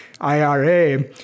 IRA